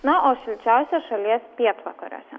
na o šilčiausia šalies pietvakariuose